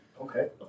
Okay